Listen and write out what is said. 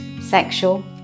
sexual